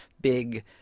big